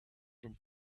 than